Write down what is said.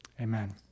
amen